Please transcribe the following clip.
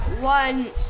one